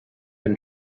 been